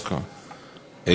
לאונסק"ו.